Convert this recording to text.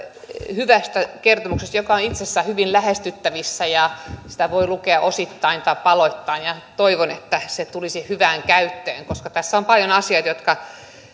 hyvästä kertomuksesta joka on itse asiassa hyvin lähestyttävissä ja sitä voi lukea osittain tai paloittain toivon että se tulisi hyvään käyttöön koska tässä on paljon asioita jotka